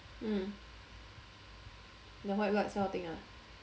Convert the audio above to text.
mm the white blood cell thing ah